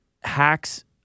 hacks